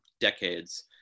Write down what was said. decades